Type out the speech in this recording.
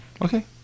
okay